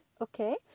Okay